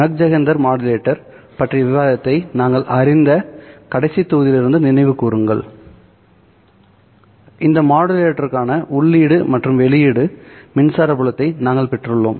Mach Zehnder modulator பற்றிய விவாதத்தை நாங்கள் அறிந்த கடைசி தொகுதியிலிருந்து நினைவு கூருங்கள் இந்த மாடுலேட்டருக்கான உள்ளீடு மற்றும் வெளியீட்டு மின்சார புலத்தை நாங்கள் பெற்றுள்ளோம்